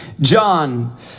John